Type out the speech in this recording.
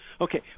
Okay